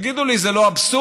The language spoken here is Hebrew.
תגידו לי, זה לא אבסורד?